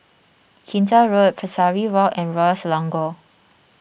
Kinta Road Pesari Walk and Royal Selangor